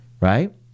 right